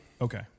Okay